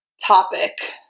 topic